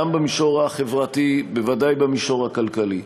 גם במישור החברתי, בוודאי במישור הכלכלי.